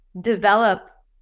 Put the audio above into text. develop